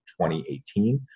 2018